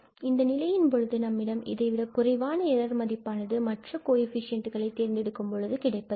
இந்த நிலையின் பொழுது நம்மிடம் இதைவிட குறைவான எரர் மதிப்பானது மற்ற கோஎஃபிசியண்டுகளை தேர்ந்தெடுக்கும்போது கிடைப்பது இல்லை